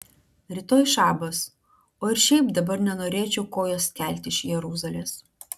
rytoj šabas o ir šiaip dabar nenorėčiau kojos kelti iš jeruzalės